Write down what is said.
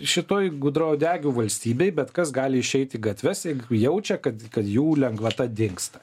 šitoj gudrauodegių valstybėj bet kas gali išeiti gatves jeigu jaučia kad kad jų lengvata dingsta